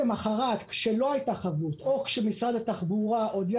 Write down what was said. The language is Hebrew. וכשלא הייתה חבות או כשמשרד התחבורה הודיע